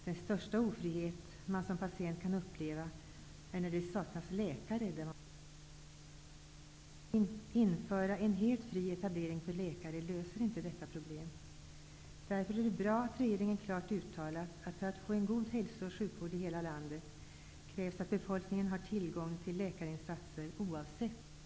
Den största ofrihet som någon patient kan uppleva är när det saknas läkare där man bor. Att införa en helt fri etablering för läkare löser inte detta pro blem. Därför är det bra att regeringen klart har uttalat att det för att få en god hälso och sjukvård i hela landet krävs att befolkningen har tillgång till läkarinsatser oavsett bostadsort.